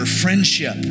friendship